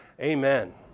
amen